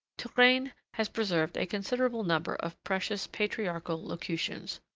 touraine has preserved a considerable number of precious patriarchal locutions.